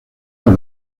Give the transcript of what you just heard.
por